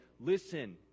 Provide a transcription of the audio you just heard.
listen